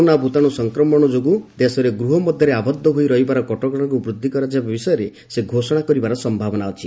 corona ଭୂତାଣୁ ସଂକ୍ରମଣ ଯୋଗୁଁ ଦେଶରେ ଗୃହ ମଧ୍ୟରେ ଆବଦ୍ଧ ହୋଇ ରହିବାର କଟକଣାକୁ ବୃଦ୍ଧି କରାଯିବା ବିଷୟରେ ସେ ଘୋଷଣା କରିବାର ସମ୍ଭାବନା ଅଛି